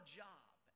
job